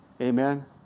Amen